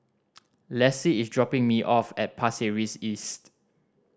Lassie is dropping me off at Pasir Ris East